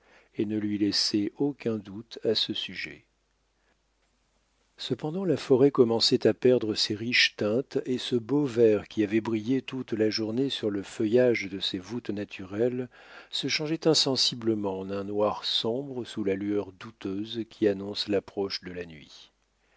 et ne lui laissaient aucun doute à ce sujet cependant la forêt commençait à perdre ses riches teintes et ce beau vert qui avait brillé toute la journée sur le feuillage de ses voûtes naturelles se changeait insensiblement en un noir sombre sous la lueur douteuse qui annonce l'approche de la nuit